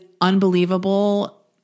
unbelievable